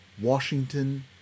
Washington